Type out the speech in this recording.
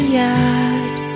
yard